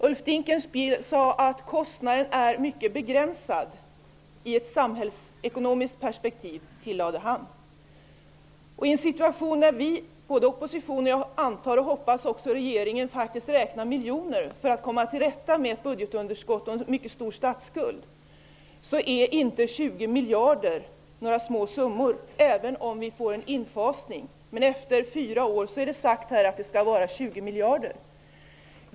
Ulf Dinkelspiel sade att kostnaden är mycket begränsad. -- I ett samhällsekonomiskt perspektiv, tillade han. I en situation där både oppositionen och, antar och hoppas jag, regeringen faktiskt räknar miljoner för att komma till rätta med budgetunderskott och en mycket stor statsskuld är inte 20 miljarder några små summor, även om vi får en infasning. Efter fyra år är det sagt att avgiften skall vara 20 miljarder.